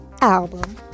Album